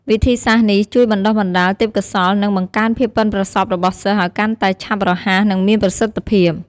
វិធីសាស្ត្រនេះ ជួយបណ្ដុះបណ្ដាលទេពកោសល្យ និងបង្កើនភាពប៉ិនប្រសប់របស់សិស្សឱ្យកាន់តែឆាប់រហ័ស និងមានប្រសិទ្ធភាព។